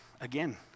again